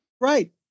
Right